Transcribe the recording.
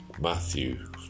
Matthew